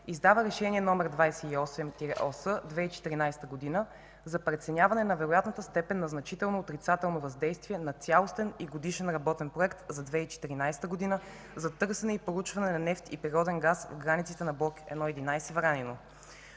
издава Решение № 28-ОС/2014 г. за преценяване на вероятната степен на значително отрицателно въздействие на цялостен и годишен работен проект за 2014 г. за търсене и проучване на нефт и природен газ в границите на Блок „1 11 Вранино”.